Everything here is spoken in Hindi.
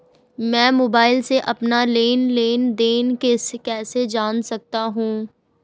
मैं मोबाइल से अपना लेन लेन देन कैसे जान सकता हूँ?